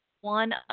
one